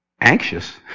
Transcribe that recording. Anxious